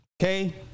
Okay